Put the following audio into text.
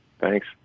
Thanks